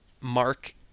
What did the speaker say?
mark